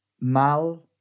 Mal